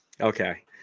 Okay